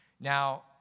Now